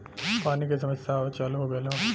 पानी के समस्या आवे चालू हो गयल हौ